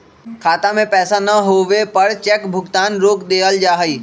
खाता में पैसा न होवे पर चेक भुगतान रोक देयल जा हई